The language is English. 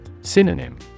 Synonym